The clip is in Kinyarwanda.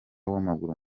w’amaguru